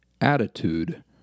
attitude